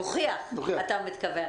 להוכיח, אתה מתכוון.